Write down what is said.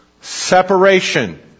Separation